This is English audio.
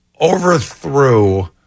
overthrew